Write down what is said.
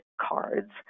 cards